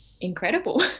incredible